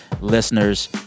Listeners